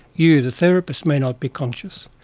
you the therapist may not be conscious.